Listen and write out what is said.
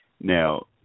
Now